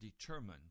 determined